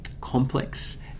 complex